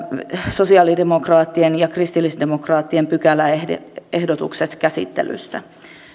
sosialidemokraattien ja kristillisdemokraattien pykäläehdotukset käsittelyssä